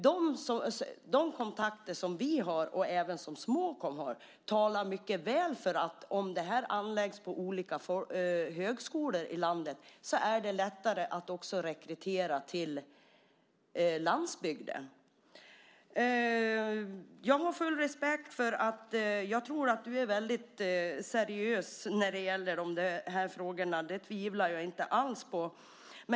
De kontakter vi har, och som även Småkom har, talar för att om utbildningen läggs på olika högskolor i landet blir det lättare att rekrytera också till landsbygden. Jag har full respekt för och tror att justitieministern är mycket seriös när det gäller dessa frågor. Det tvivlar jag inte alls på.